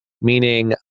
Meaning